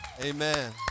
Amen